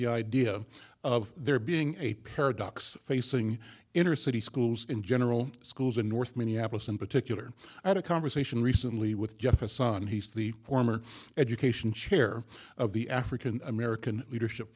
the idea of there being a paradox facing inner city schools in general schools in north minneapolis in particular i had a conversation recently with jeff a son he's the former education chair of the african american leadership